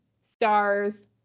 stars